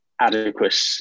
adequate